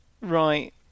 Right